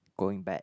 going bad